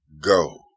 go